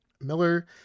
Miller